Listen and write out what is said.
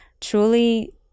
truly